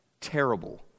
terrible